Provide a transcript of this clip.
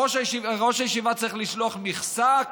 ראש הישיבה צריך לשלוח מכסה,